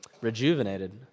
rejuvenated